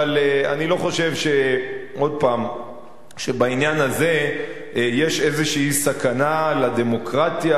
אבל אני לא חושב שבעניין הזה יש איזו סכנה לדמוקרטיה